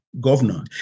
governor